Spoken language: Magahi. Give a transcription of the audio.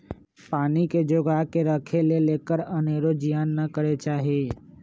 पानी के जोगा कऽ राखे लेल एकर अनेरो जियान न करे चाहि